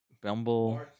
bumble